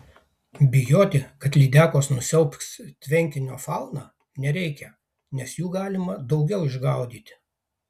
bijoti kad lydekos nusiaubs tvenkinio fauną nereikia nes jų galima daugiau išgaudyti